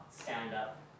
stand-up